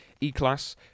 E-Class